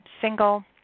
single